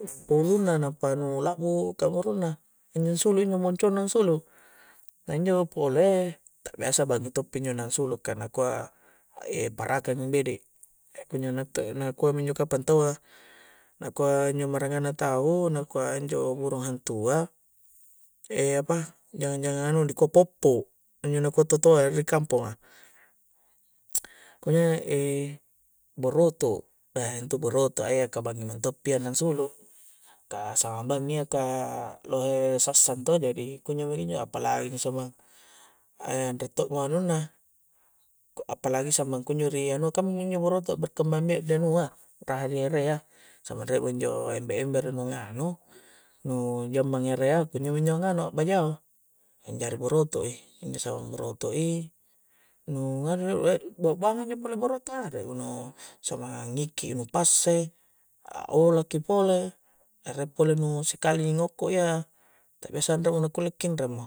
lompo' ulunna, nampa' nu' la'mu kamuru'na, injo' sulu injo' moncong' na ansulu', ta injo' pole ta' biasa battu'pi injo' nangsulu' kah nakua' e'parakanga bede', e' kunjo' na' attu' na kua' mi injo' kapang taua' na kua' injo' maranganna tau' nangkua' injo' burung hantua', e' apa jangang-jangang' anua' na dikua' poppo', injo' nu dikua' to' toa' ri kamponga' e' buroto', itu buroto' ya kah banging' minto' pi ya nangsulu kah samang' banging iya kah, lohe' sassang to' jadi kunjo' meki injo' apalagi samang, anre' to' mo' anunna, apalagi samang ko injo' ri anua', kang mi injo boroto' berkembang biak di anua' raha di ere'a, sama re' mi injo' ember-embere nu nganu', nu injo' mangerea' kunjo' mi njo nganu a'bajao anjari boroto'i, injo' samang boroto'i, nu' anu bua-buangan' njo' pole boroto' are' mo do', samanga ngikki'i nu passe', a' olaki' pole ere' pale nu sikali ngokko' iya ta' biasa anre mo na kulle' kindra' mo